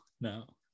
no